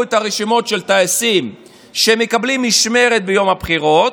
את הרשימות של הטייסים שמקבלים משמרת ביום הבחירות,